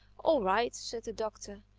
all right, said the doctor.